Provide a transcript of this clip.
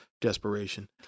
desperation